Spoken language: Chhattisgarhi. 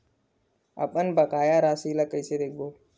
अपन बकाया राशि ला कइसे देखबो?